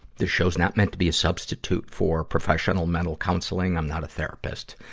this show's not meant to be a substitute for professional mental counseling. i'm not a therapist.